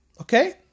Okay